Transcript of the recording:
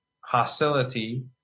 hostility